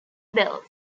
bells